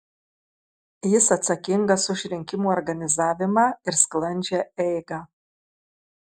jis atsakingas už rinkimų organizavimą ir sklandžią eigą